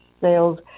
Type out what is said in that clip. sales